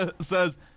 says